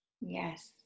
yes